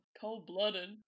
Cold-blooded